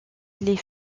les